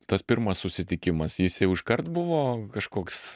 tas pirmas susitikimas jis jau iškart buvo kažkoks